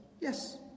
Yes